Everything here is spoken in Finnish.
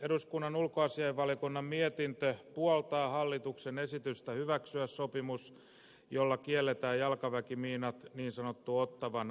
eduskunnan ulkoasiainvaliokunnan mietintö puoltaa hallituksen esitystä hyväksyä sopimus jolla kielletään jalkaväkimiinat niin sanottu ottawan sopimus